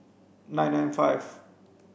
nine nine five